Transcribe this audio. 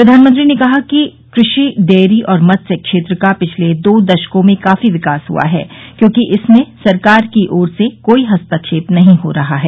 प्रधानमंत्री ने कहा कृषि डेयरी और मत्स्य क्षेत्र का पिछले दो दशकों में काफी विकास हुआ है क्योंकि इसमें सरकार की ओर से कोई हस्तक्षेप नहीं हो रहा है